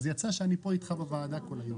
ואז יצא שאני כאן אתך בוועדה כל היום.